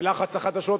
בלחץ החדשות השוטפות,